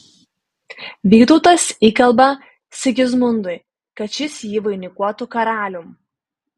vytautas įkalba sigismundui kad šis jį vainikuotų karalium